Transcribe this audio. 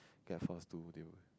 get force to they would